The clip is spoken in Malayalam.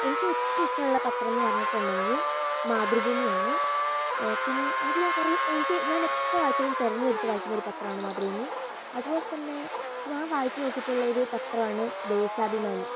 എനിക്കേറ്റവും ഇഷ്ടമുള്ള പത്രമെന്ന് പറഞ്ഞിട്ടുണ്ടെങ്കിൽ മാതൃഭൂമിയാണ് പിന്നെ അത് ഞാൻ കുറെ എനിക്ക് ഞാനെപ്പോൾ വായിച്ചാലും തിരഞ്ഞെടുത്തു വായിക്കുന്നൊരു പത്രമാണ് മാതൃഭൂമി അതുപോലത്തന്നെ ഞാൻ വായിച്ചുനോക്കിയിട്ടുള്ളൊരു പത്രമാണ് ദേശാഭിമാനി